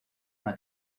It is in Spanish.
una